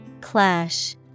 Clash